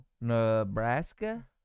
Nebraska